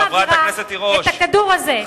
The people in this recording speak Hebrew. אני מעבירה את הכדור הזה,